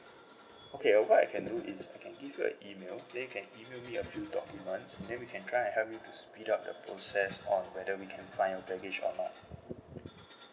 okay what I can do is I can give you an email then you can email me a few documents and then we can try and help you to speed up the process um whether we can find your baggage or not